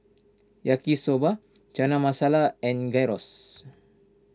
Yaki Soba Chana Masala and Gyros